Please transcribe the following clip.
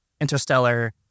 Interstellar